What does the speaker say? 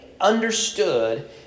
understood